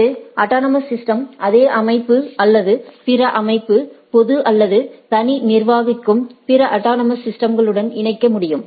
ஒரு அட்டானமஸ் சிஸ்டதை அதே அமைப்பு அல்லது பிற அமைப்பு பொது அல்லது தனியார் நிர்வகிக்கும் பிற அட்டானமஸ் சிஸ்டம்ஸ்களுடன் இணைக்க முடியும்